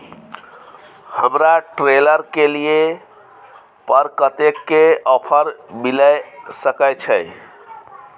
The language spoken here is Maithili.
हमरा ट्रेलर के लिए पर कतेक के ऑफर मिलय सके छै?